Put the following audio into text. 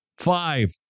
Five